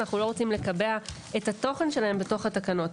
אנחנו לא רוצים לקבע את התוכן שלהן בתוך התקנות.